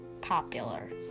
popular